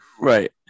Right